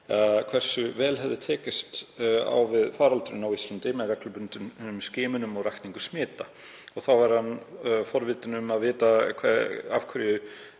hversu vel hefði verið tekist á við faraldurinn á Íslandi með reglubundnum skimunum og rakningu smita. Þá var hann forvitinn að vita af hverju